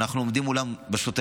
ואנחנו עובדים מולם בשוטף,